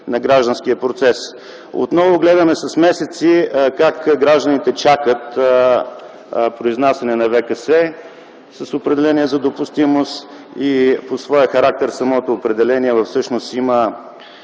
на гражданския процес. Отново гледаме как гражданите чакат с месеци произнасяне на ВКС с определения за допустимост и по своя характер самото определение всъщност има,